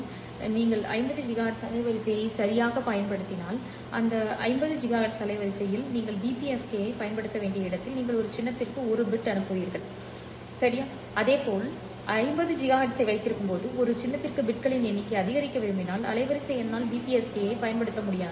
எனவே நீங்கள் 50 ஜிகாஹெர்ட்ஸ் அலைவரிசையை சரியாகக் கருதினால் அந்த 50 ஜிகாஹெர்ட்ஸ் அலைவரிசையில் நீங்கள் பிபிஎஸ்கேவைப் பயன்படுத்த வேண்டிய இடத்தில் நீங்கள் ஒரு சின்னத்திற்கு ஒரு பிட் அனுப்புவீர்கள் சரி அதே 50 ஜிகாஹெர்ட்ஸை வைத்திருக்கும்போது ஒரு சின்னத்திற்கு பிட்களின் எண்ணிக்கையை அதிகரிக்க விரும்பினால் அலைவரிசை என்னால் BPSK ஐப் பயன்படுத்த முடியாது